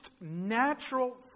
natural